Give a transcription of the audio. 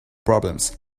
problems